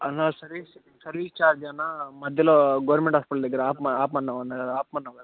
అన్నా service service charge అన్నా మధ్యలో గవర్నమెంట్ హాస్పిటల్ దగ్గర ఆపమన్ ఆపమన్నావు ఆపమన్నావు కదన్నా